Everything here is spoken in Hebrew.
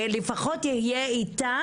שלפחות יהיה איתה,